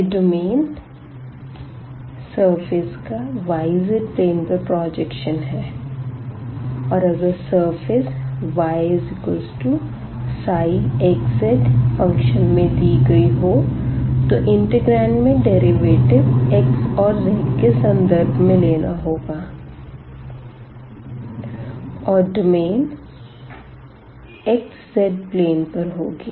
यह domain surface का y z plane पर प्रजेक्शन है और अगर सरफेस yψxzफंक्शन में दी गई हो तो इंटिग्रांड में डेरिवेटिव x और z के सन्दर्भ में लेना होगा और डोमेन xz प्लेन पर होगी